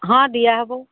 ହଁ ଦିଆ ହବ